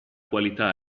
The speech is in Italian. qualità